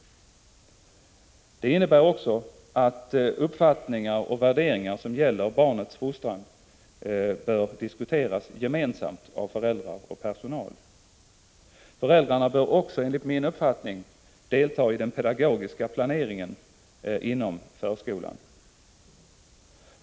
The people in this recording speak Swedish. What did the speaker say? Det innebär också att uppfattningar och värderingar i fråga om barnens fostran bör diskuteras gemensamt av föräldrar och personal. Föräldrarna bör också enligt min uppfattning delta i den pedagogiska planeringen inom förskolan.